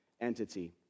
entity